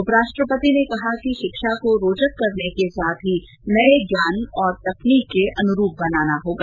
उपराष्ट्रपति ने कहा कि शिक्षा को रोचक करने के साथ ही नए ज्ञान तथा तकनीक के अनुरूप बनाना होगा